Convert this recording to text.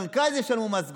למרכז יש לנו מס גודש.